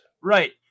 Right